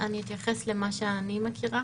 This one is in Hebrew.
אני אתייחס למה שאני מכירה.